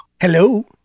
Hello